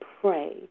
pray